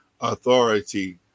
authority